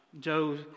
Joe